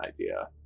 idea